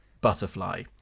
butterfly